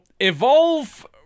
Evolve